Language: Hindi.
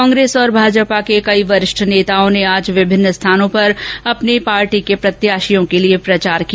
कांग्रेस तथा भाजपा के कई वरिष्ठ नेताओं ने आज विभिन्न स्थानों पर अपने पार्टी प्रत्याशियों के लिये प्रचार किया